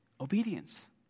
obedience